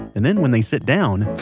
and then, when they sit down,